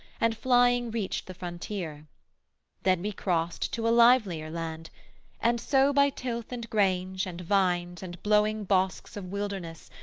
and flying reached the frontier then we crost to a livelier land and so by tilth and grange, and vines, and blowing bosks of wilderness,